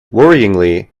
worryingly